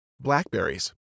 Blackberries